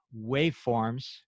waveforms